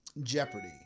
Jeopardy